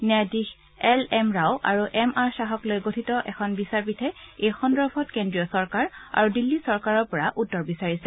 ন্যায়াধীশ L M Rao আৰু M R শ্বাহক লৈ গঠিত এখন বিচাৰপীঠে এই সন্দৰ্ভত কেন্দ্ৰীয় চৰকাৰ আৰু দিল্লী চৰকাৰৰ পৰা উত্তৰ বিচাৰিছে